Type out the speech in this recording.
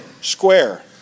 square